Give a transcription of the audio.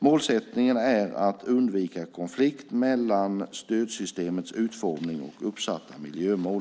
Målsättningen är att undvika konflikt mellan stödsystemets utformning och uppsatta miljömål.